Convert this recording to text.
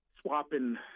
swapping